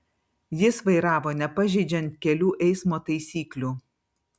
jis vairavo nepažeidžiant kelių eismo taisyklių